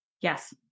Yes